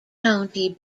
county